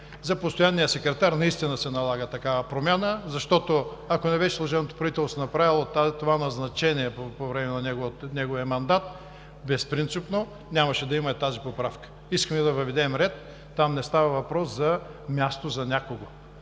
За постоянния секретар наистина се налага такава промяна, защото, ако служебното правителство не беше направило това назначение по време на неговия мандат – безпринципно, нямаше да има тази поправка. Искаме да въведем ред, там не става въпрос за място за някого.